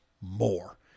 more